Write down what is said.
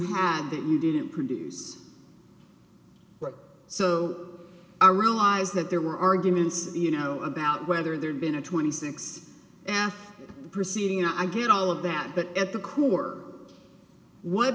hand that you didn't produce so i realize that there were arguments you know about whether there'd been a twenty six and proceeding i did all of that but at the core what